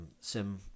SIM